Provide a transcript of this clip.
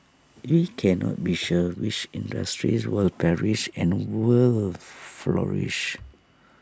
we cannot be sure which industries will perish and will flourish